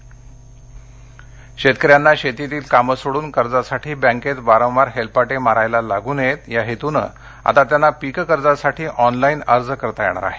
online पीककर्ज शेतकऱ्यांना शेतीतील कामे सोडून कर्जासाठी बँकेत वारंवार हेलपाटे मारायला लागू नयेत या हेतूने आता त्यांना पीक कर्जासाठी ऑनलाइन अर्ज करता येणार आहे